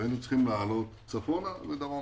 והיינו צריכים לעלות צפונה ודרומה.